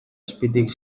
azpitik